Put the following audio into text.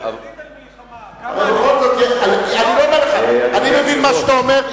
לא שולחים ילדים אל מלחמה, אני מבין מה שאתה אומר.